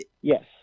Yes